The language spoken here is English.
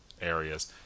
areas